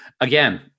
again